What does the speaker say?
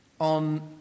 on